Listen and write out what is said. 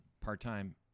part-time